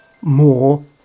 more